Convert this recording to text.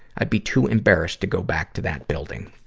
i'd be too embarrassed to go back to that building.